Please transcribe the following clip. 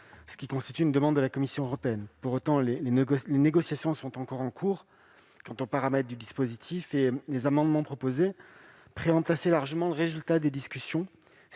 conformément à une demande de la Commission européenne. Pour autant, les négociations sont encore en cours quant aux paramètres du dispositif, et les amendements proposés préemptent largement leur résultat, ce qui ne